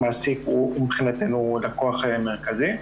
המעסיק מבחינתנו הוא לקוח מרכזי.